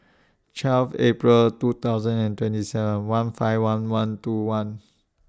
twelve April two thousand and twenty seven one five one one two one